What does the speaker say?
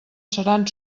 seran